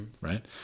Right